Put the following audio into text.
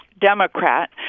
Democrat